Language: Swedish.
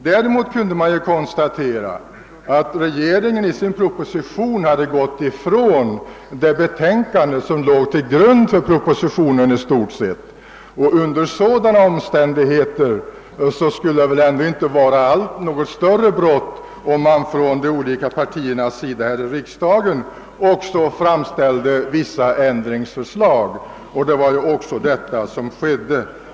Däremot kunde man konstatera att regeringen i sin proposition gått ifrån det betänkande som propositionen i stort sett skulle bygga på, och under sådana omständigheter var det väl inte något större brott om de olika partierna här i riksdagen framställde vissa ändringsförslag? Detta var också vad som skedde.